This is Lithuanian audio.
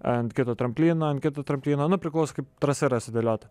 ant kito tramplyno ant kito tramplyno nu priklauso kaip trasa yra sudėliota